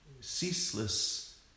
ceaseless